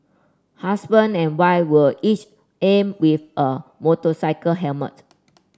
husband and wife were each armed with a motorcycle helmet